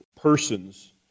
persons